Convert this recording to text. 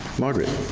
margaret?